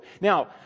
Now